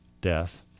death